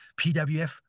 PWF